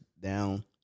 down